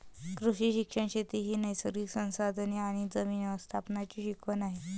कृषी शिक्षण शेती ही नैसर्गिक संसाधने आणि जमीन व्यवस्थापनाची शिकवण आहे